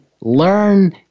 learn